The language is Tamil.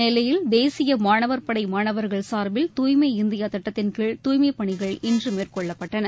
நெல்லையில் தேசியமாணவர் படைமாணவர்கள் சார்பில் துாய்மை இந்தியாதிட்டத்தின்கீழ் தூய்மைப் பணிகள் இன்றுமேற்கொள்ளப்பட்டன